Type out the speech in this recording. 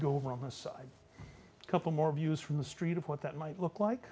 go over on the side a couple more views from the street of what that might look like